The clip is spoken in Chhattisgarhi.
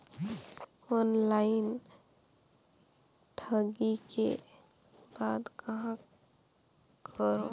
ऑनलाइन ठगी के बाद कहां करों?